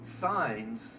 signs